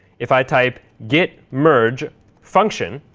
if i type git merge function,